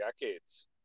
decades